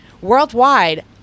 Worldwide